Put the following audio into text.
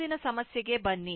ಮುಂದಿನ ಸಮಸ್ಯೆಗೆ ಬನ್ನಿ